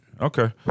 Okay